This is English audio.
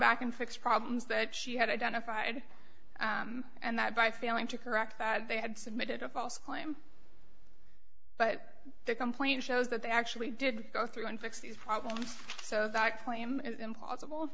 back and fix problems that she had identified and that by failing to correct that they had submitted a false claim but the complaint shows that they actually did go through and fix these problems so that claim is impossible